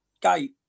gate